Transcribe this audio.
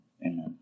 amen